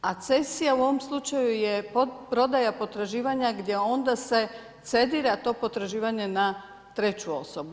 A cesija je u ovom slučaju je prodaja potraživanja, gdje onda se cedira to potraživanje, na treću osobu.